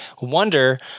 wonder